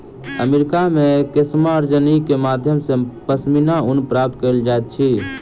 America मे केशमार्जनी के माध्यम सॅ पश्मीना ऊन प्राप्त कयल जाइत अछि